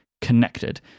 connected